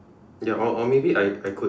ya or or maybe I I could